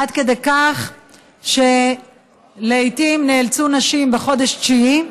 עד כדי כך שלעיתים נאלצו נשים בחודש תשיעי,